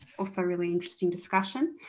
also a really interesting discussion